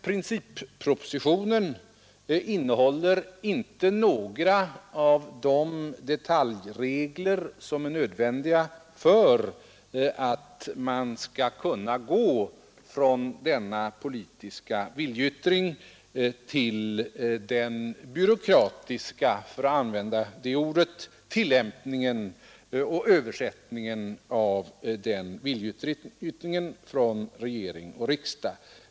Princippropositionen innehåller emellertid inte några av de detaljregler som är nödvändiga för att man skall kunna gå till den byråkratiska — för att använda det ordet — tillämpningen och översättningen av denna politiska viljeyttring från regering och riksdag.